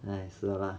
!hais! 死了 lah